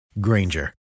Granger